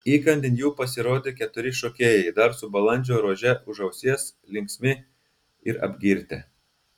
įkandin jų pasirodė keturi šokėjai dar su balandžio rože už ausies linksmi ir apgirtę